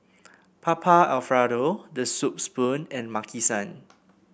Papa Alfredo The Soup Spoon and Maki San